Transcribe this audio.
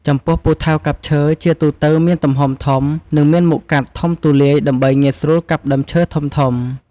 ចំពោះពូថៅកាប់ឈើ ជាទូទៅមានទំហំធំ និងមានមុខកាត់ធំទូលាយ ដើម្បីងាយស្រួលកាប់ដើមឈើធំៗ។